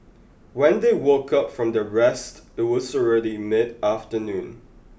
when they woke up from their rest it was already mid afternoon